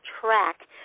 track